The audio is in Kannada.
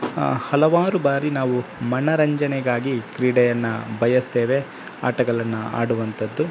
ಹಲವಾರು ಬಾರಿ ನಾವು ಮನರಂಜನೆಗಾಗಿ ಕ್ರೀಡೆಯನ್ನು ಬಯಸ್ತೇವೆ ಆಟಗಳನ್ನು ಆಡುವಂತದ್ದು